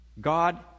God